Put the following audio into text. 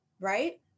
right